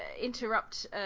interrupt